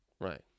Right